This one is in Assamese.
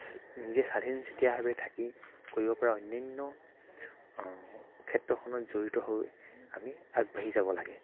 নিজে স্বাধীনচিতীয়াভাৱে থাকি কৰিব পৰা অন্যান্য ক্ষেত্ৰখনত জড়িত হৈ আমি আগবাঢ়ি যাব লাগে